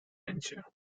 venture